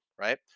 Right